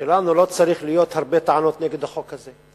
שלנו לא צריכות להיות הרבה טענות נגד החוק הזה.